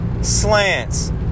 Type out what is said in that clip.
slants